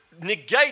negate